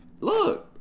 Look